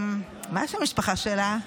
מה שם המשפחה שלה?